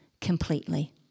completely